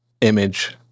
image